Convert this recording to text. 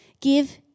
Give